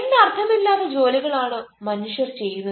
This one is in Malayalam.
എന്ത് അർത്ഥം ഇല്ലാത്ത ജോലികൾ ആണ് ഈ മനുഷ്യൻ ചെയ്യുന്നത്